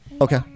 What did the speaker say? Okay